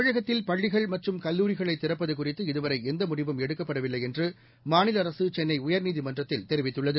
தமிழகத்தில் பள்ளிகள் மற்றும் கல்லூரிகளை திறப்பது குறித்து இதுவரை எந்த முடிவும் எடுக்கப்படவில்லை என்று மாநில அரசு சென்னை உயர்நீதிமன்றத்தில் தெரிவித்துள்ளது